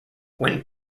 when